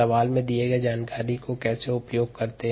सवाल में दिए गये जानकारी को कैसे उपयोग करते हैं